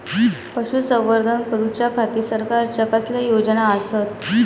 पशुसंवर्धन करूच्या खाती सरकारच्या कसल्या योजना आसत?